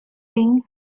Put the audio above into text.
thing